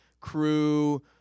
Crew